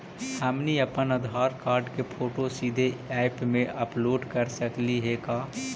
हमनी अप्पन आधार कार्ड के फोटो सीधे ऐप में अपलोड कर सकली हे का?